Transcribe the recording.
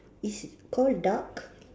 is it call duck